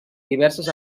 diverses